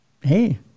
Hey